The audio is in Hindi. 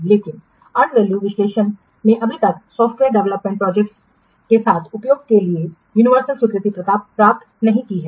लेकिन अर्नड विश्लेषण ने अभी तक सॉफ्टवेयर विकास परियोजनाओं के साथ उपयोग के लिए यूनिवर्सल स्वीकृति प्राप्त नहीं की है